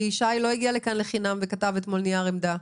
כי שי לא הגיע לכאן לחינם וכתב את נייר העמדה.